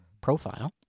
profile